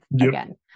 again